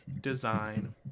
design